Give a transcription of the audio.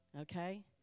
Okay